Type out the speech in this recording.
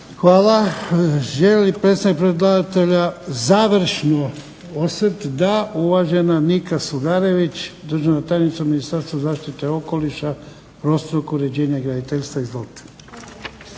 Hvala. Želi li predstavnik predlagatelja završni osvrt? Da. Uvažena Nika Sugarević, državna tajnica u Ministarstvu zaštite okoliša i prostornog uređenja. Izvolite.